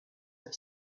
have